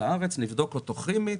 נבדוק אותו כימית.